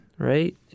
Right